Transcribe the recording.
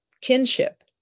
kinship